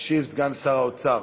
ישיב סגן שר האוצר.